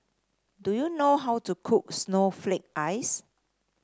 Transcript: do you know how to cook Snowflake Ice